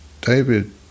David